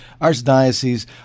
archdiocese